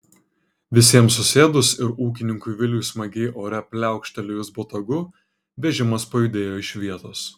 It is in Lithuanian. visiems susėdus ir ūkininkui viliui smagiai ore pliaukštelėjus botagu vežimas pajudėjo iš vietos